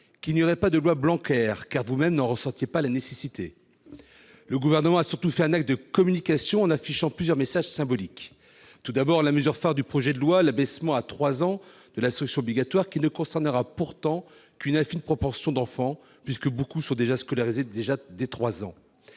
qu'il n'y aurait pas de « loi Blanquer », car vous-même n'en ressentiez pas la nécessité. Le Gouvernement a surtout fait un acte de communication en affichant plusieurs messages symboliques. Tout d'abord, la mesure phare du projet de loi, l'abaissement à 3 ans de l'instruction obligatoire. Celle-ci ne concernera pourtant qu'une infime proportion d'enfants, beaucoup étant déjà scolarisés dès 3 ans.